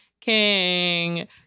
king